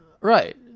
Right